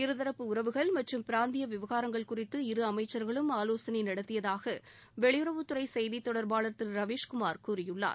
இருதரப்பு உறவுகள் மற்றும் பிராந்திய விவகாரங்கள் குறித்து இரு அமைச்சர்களும் ஆலோசனை நடத்தியதாக வெளியுறவுத்துறை செய்தித் தொடர்பாளர் திரு ரவீஷ்குமார் கூறியுள்ளார்